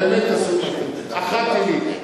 באמת עשו מה שאתם רוצים, אחת היא לי.